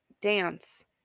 dance